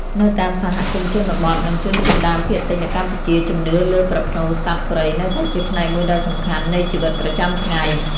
នៅតាមសហគមន៍ជនបទ និងជនជាតិដើមភាគតិចនៅកម្ពុជា ជំនឿលើប្រផ្នូលសត្វព្រៃនៅតែជាផ្នែកមួយដ៏សំខាន់នៃជីវិតប្រចាំថ្ងៃ។